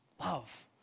Love